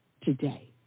today